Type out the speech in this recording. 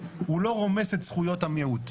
הוא לא רומס את זכויות המיעוט.